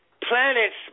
planets